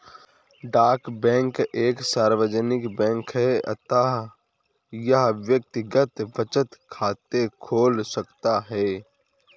डाक बैंक एक सार्वजनिक बैंक है अतः यह व्यक्तिगत बचत खाते खोल सकता है